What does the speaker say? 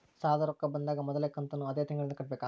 ಸಾಲದ ರೊಕ್ಕ ಬಂದಾಗ ಮೊದಲ ಕಂತನ್ನು ಅದೇ ತಿಂಗಳಿಂದ ಕಟ್ಟಬೇಕಾ?